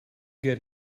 get